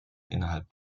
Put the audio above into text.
innerhalb